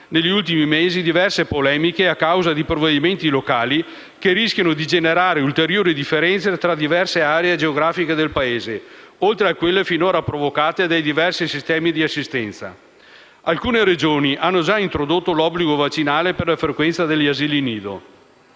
negli ultimi mesi diverse polemiche, a causa di provvedimenti locali che rischiano di generare ulteriori differenze tra diverse aree geografiche del Paese, oltre a quelle finora provocate dai diversi sistemi di assistenza. Alcune Regioni hanno già introdotto l'obbligo vaccinale per la frequenza degli asili nido.